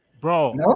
Bro